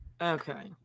okay